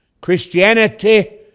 Christianity